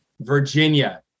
Virginia